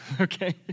okay